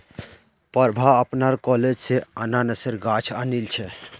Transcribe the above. प्रभा अपनार कॉलेज स अनन्नासेर गाछ आनिल छ